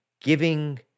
giving